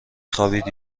خوابید